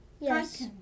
Yes